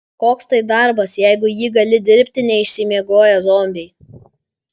koks tai darbas jeigu jį gali dirbti neišsimiegoję zombiai